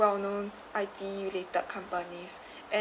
well-know I_T related companies and